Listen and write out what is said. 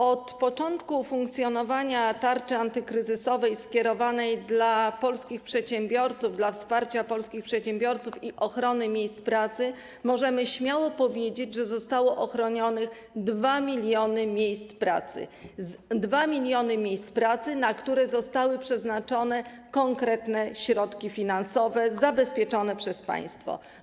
Od początku funkcjonowania tarczy antykryzysowej skierowanej do polskich przedsiębiorców, dla wsparcia polskich przedsiębiorców i ochrony miejsc pracy, możemy śmiało powiedzieć, że zostało ochronionych 2 mln miejsc pracy, na które zostały przeznaczone konkretne środki finansowe zabezpieczone przez państwo.